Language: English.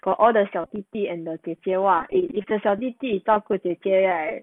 got all the 小弟弟 and the 姐姐 lah eh it's the 小弟弟照顾姐姐 right